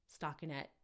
stockinette